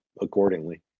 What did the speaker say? accordingly